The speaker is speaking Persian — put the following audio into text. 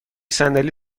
صندلی